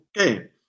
okay